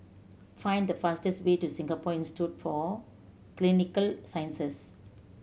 find the fastest way to Singapore Institute for Clinical Sciences